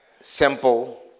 simple